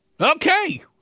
Okay